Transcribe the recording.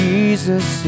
Jesus